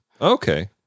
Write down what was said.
Okay